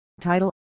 title